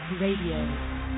Radio